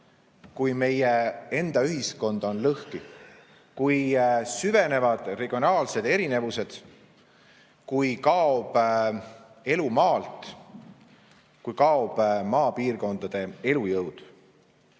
kui meie enda ühiskond on lõhki, kui süvenevad regionaalsed erinevused, kui kaob elu maalt, kui kaob maapiirkondade elujõud.